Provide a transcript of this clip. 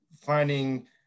finding